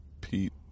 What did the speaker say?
Pete